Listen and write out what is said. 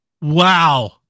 Wow